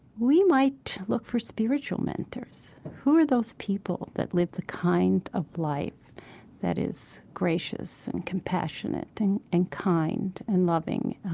we might look for spiritual mentors who are those people that live the kind of life that is gracious and compassionate and and kind and loving